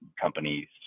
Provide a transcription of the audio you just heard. companies